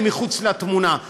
הם מחוץ לתמונה,